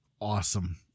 awesome